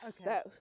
Okay